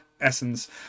essence